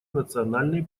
национальной